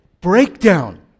breakdown